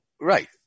right